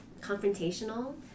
confrontational